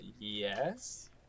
yes